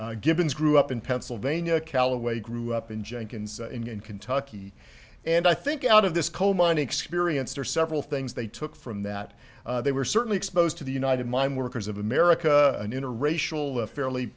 gibbons grew up in pennsylvania callaway grew up in jenkins in kentucky and i think out of this coal mining experience are several things they took from that they were certainly exposed to the united mine workers of america an interracial a fairly